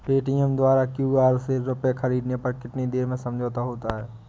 Paytm द्वारा QR से रूपए ख़रीदने पर कितनी देर में समझौता होता है?